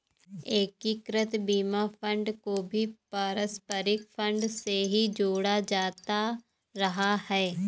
एकीकृत बीमा फंड को भी पारस्परिक फंड से ही जोड़ा जाता रहा है